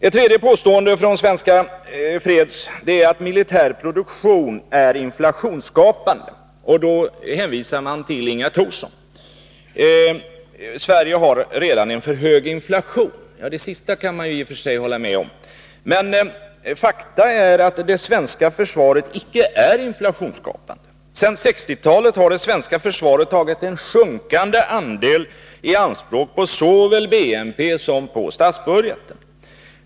Ett tredje påstående från Svenska freds är att militär produktion är inflationsskapande, och man hänvisar till Inga Thorsson. Sverige har redan en för hög inflation. Det sista kan man i och för sig hålla med om, men fakta är att det svenska försvaret icke är inflationsskapande. Sedan 1960-talet har det svenska försvaret tagit en sjunkande andel i anspråk av såväl BNP som statsbudgeten.